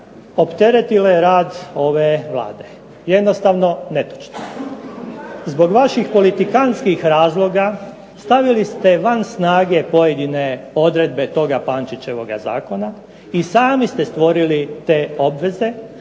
opteretile ove Vlade. Jednostavno netočno. Zbog vaših politikantskih razloga stavili ste van snage pojedine odredbe toga Pančićevog zakona i sami ste stvorili te obveze,